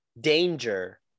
danger